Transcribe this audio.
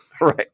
Right